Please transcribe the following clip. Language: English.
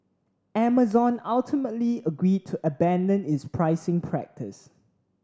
Amazon ultimately agreed to abandon its pricing practice